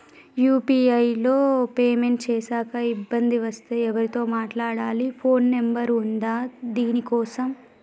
UPI లో payment చేశాక ఇబ్బంది వస్తే ఎవరితో మాట్లాడాలి? ఫోన్ నంబర్ ఉందా దీనికోసం?